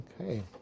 Okay